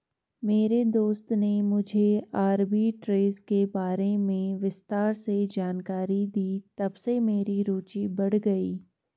मेरे दोस्त ने मुझे आरबी ट्रेज़ के बारे में विस्तार से जानकारी दी तबसे मेरी रूचि बढ़ गयी